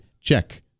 check